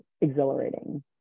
exhilarating